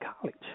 college